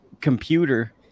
computer